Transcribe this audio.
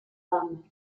rames